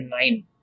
nine